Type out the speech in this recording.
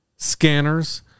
scanners